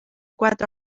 quatre